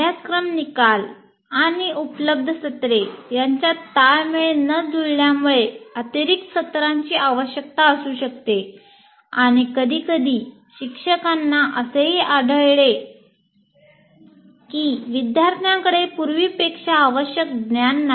अभ्यासक्रम निकाल आणि उपलब्ध सत्रे यांच्यात ताळमेळ न जुळल्यामुळे अतिरिक्त सत्रांची आवश्यकता असू शकते आणि कधीकधी शिक्षकांना असेही आढळेल की विद्यार्थ्यांकडे पूर्वीपेक्षा आवश्यक ज्ञान नाही